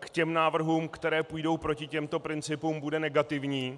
k těm návrhům, které půjdou proti těmto principům, bude negativní.